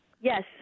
Yes